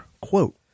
quote